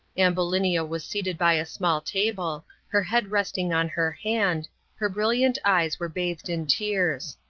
ambulinia was seated by a small table her head resting on her hand her brilliant eyes were bathed in tears.